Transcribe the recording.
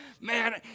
Man